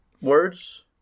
words